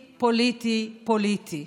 פוליטי, פוליטי,